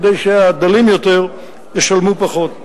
כדי שהדלים יותר ישלמו פחות.